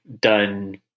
done